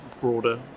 broader